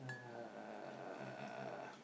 uh